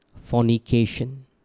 fornication